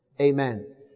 Amen